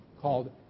called